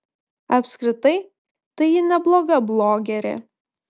apskritai tai ji nebloga blogerė